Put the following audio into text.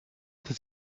that